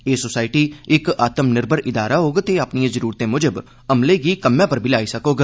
एह सोसायटी इक आत्म निर्भर इदारा होग ते एह अपनिएं जरूरतें म्जब अमले गी कम्मै पर बी लाई सकोग